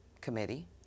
committee